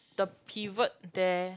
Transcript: the pivot there